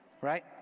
right